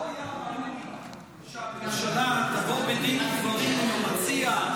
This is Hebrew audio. לא היה ראוי שהממשלה תבוא בדין ובדברים עם המציע?